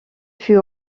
fut